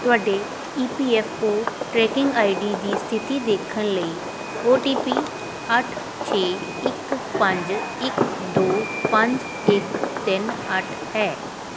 ਤੁਹਾਡੇ E P F O tracking I D ਦੀ ਸਥਿਤੀ ਦੇਖਣ ਲਈ ਓ ਟੀ ਪੀ ਅੱਠ ਛੇ ਇੱਕ ਪੰਜ ਇੱਕ ਦੋ ਪੰਜ ਇੱਕ ਤਿੰਨ ਅੱਠ ਹੈ